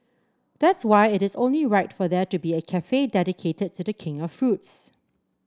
that's why it is only right for there to be a cafe dedicated to the king of fruits